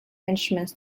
instruments